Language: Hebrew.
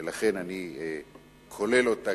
ולכן אני כולל אותה,